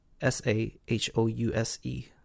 s-a-h-o-u-s-e